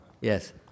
Yes